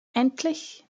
endlich